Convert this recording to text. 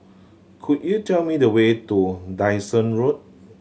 could you tell me the way to Dyson Road